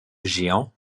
géant